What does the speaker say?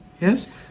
Yes